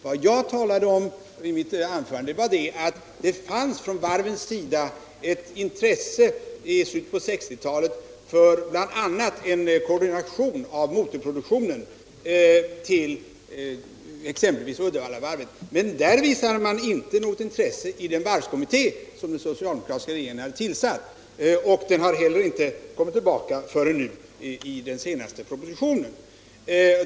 Vad jag talade om i mitt anförande var att det från varvens sida i slutet av 1960-talet fanns ett intresse för bl.a. en koordination av motorproduktion till exempelvis Uddevallavarvet. Men man visade inte något sådant intresse i den varvskommitté som den socialdemokratiska regeringen hade tillsatt, och frågan har heller inte kommit tillbaka förrän nu i den senaste propositionen.